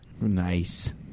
Nice